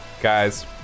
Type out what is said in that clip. Guys